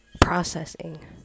processing